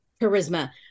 charisma